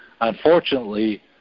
Unfortunately